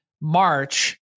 March